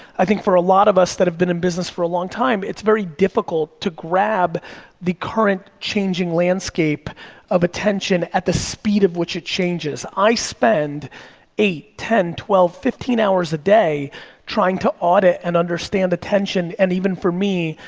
i think for a lot of us that have been in business for a long time it's very difficult to grab the current changing landscape of attention at the speed of which it changes. i spend eight, ten, twelve, fifteen hours a day trying to audit and understand attention, and even for me,